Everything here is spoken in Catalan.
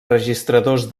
registradors